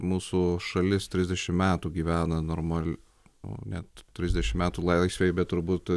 mūsų šalis trisdešimt metų gyvena normaliai o net trisdešimt metų laisvėj bet turbūt